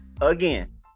again